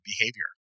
behavior